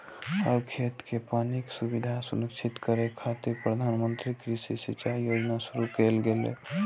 हर खेत कें पानिक सुविधा सुनिश्चित करै खातिर प्रधानमंत्री कृषि सिंचाइ योजना शुरू कैल गेलै